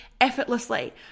effortlessly